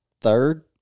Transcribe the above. third